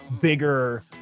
bigger